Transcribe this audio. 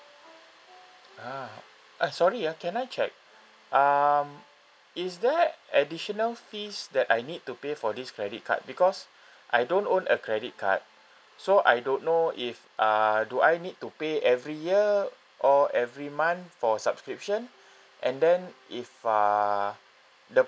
ah uh sorry ah can I check um is there additional fees that I need to pay for this credit card because I don't own a credit card so I don't know if uh do I need to pay every year or every month for subscription and then if uh the